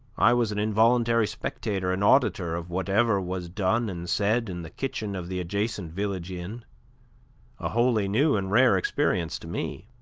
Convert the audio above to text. i was an involuntary spectator and auditor of whatever was done and said in the kitchen of the adjacent village inn a wholly new and rare experience to me.